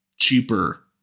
cheaper